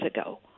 ago